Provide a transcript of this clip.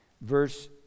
verse